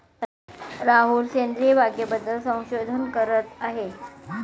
राहुल सेंद्रिय बागेबद्दल संशोधन करत आहे